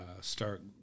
start